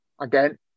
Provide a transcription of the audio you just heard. Again